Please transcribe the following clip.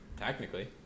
technically